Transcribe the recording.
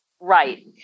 Right